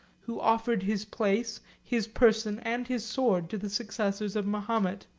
who offered his place, his person, and his sword, to the successors of mahomet,